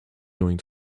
going